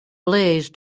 blaze